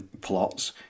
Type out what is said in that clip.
plots